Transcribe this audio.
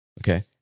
Okay